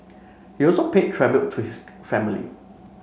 he also paid tribute to his family